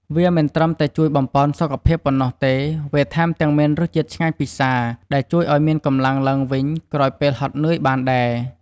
វាមិនត្រឹមតែជួយបំប៉នសុខភាពប៉ុណ្ណោះទេ វាថែមទាំងមានរសជាតិឆ្ងាញ់ពិសា ដែលជួយឱ្យមានកម្លាំងឡើងវិញក្រោយពេលហត់នឿយបានដែរ។